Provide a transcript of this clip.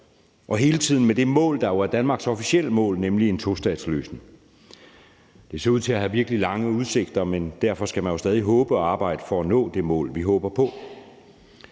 og hele tiden med det mål, der jo er Danmarks officielle mål, nemlig en tostatsløsning. Det ser ud til at have virkelig lange udsigter, men derfor skal vi jo stadig håbe og arbejde for at nå det mål, vi har.